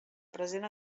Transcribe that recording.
present